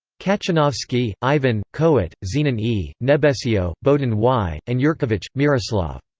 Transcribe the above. katchanovski, ivan kohut, zenon e. nebesio, bohdan y. and yurkevich, myroslav.